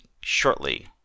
shortly